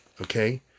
okay